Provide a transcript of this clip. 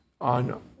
on